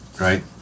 right